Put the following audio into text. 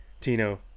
Tino